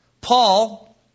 Paul